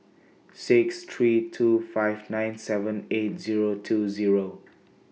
six three two five nine seven eight Zero two Zero